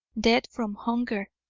dead from hunger.